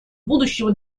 будущего